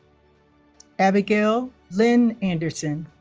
abbigail lynn anderson